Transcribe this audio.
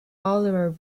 oliver